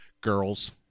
girls